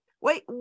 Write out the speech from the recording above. Wait